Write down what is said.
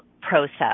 process